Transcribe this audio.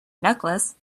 necklace